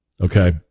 Okay